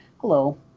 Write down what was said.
hello